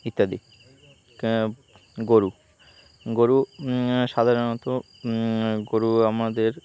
ইত্যাদি গরু গরু সাধারণত গরু আমাদের